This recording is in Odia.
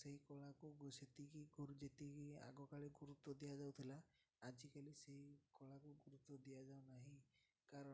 ସେହି କଳାକୁ ସେତିକି ଗୁ ଯେତିକି ଆଗକାଳେ ଗୁରୁତ୍ୱ ଦିଆଯାଉଥିଲା ଆଜିକାଲି ସେଇ କଳାକୁ ଗୁରୁତ୍ୱ ଦିଆଯାଉନାହିଁ କାରଣ